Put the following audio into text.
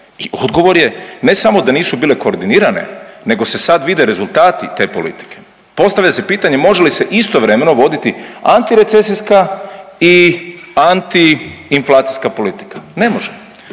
Odgovor je, ne samo da nisu bile koordinirane, nego se sada vide rezultati te politike. Postavlja se pitanje. Može li se istovremeno voditi antirecesijska i antiinflacijska politika? Ne može.